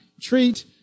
treat